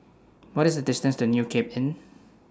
What IS The distance to New Cape Inn